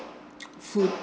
food